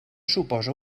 suposa